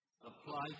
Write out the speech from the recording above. apply